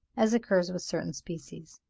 as occurs with certain species.